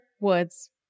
woods